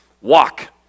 walk